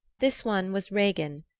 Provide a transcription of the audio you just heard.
this one was regin,